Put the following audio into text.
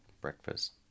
breakfast